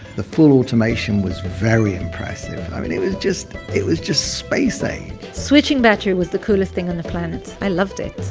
the full automation was very impressive, i mean it was just, it was just space age switching batteries was the coolest thing on the planet. i loved it,